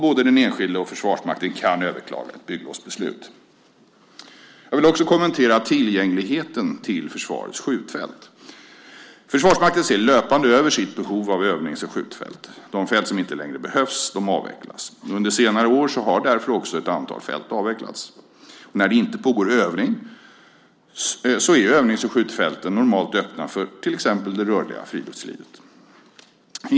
Både den enskilde och Försvarsmakten kan överklaga ett bygglovsbeslut. Jag vill också kommentera tillgängligheten till försvarets skjutfält. Försvarsmakten ser löpande över sitt behov av övnings och skjutfält. De fält som inte behövs längre avvecklas. Under senare år har därför också ett antal fält avvecklats. När det inte pågår övning är övnings och skjutfälten normalt öppna för till exempel det rörliga friluftslivet.